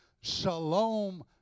shalom